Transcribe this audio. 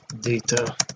data